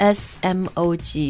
smog